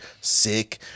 sick